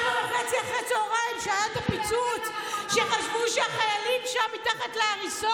למה מג"ד גולני ירד?